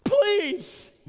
please